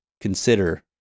consider